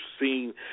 seen